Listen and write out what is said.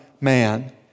man